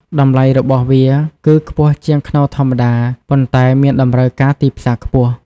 តម្លៃរបស់វាគឺខ្ពស់ជាងខ្នុរធម្មតា ប៉ុន្តែមានតម្រូវការទីផ្សារខ្ពស់។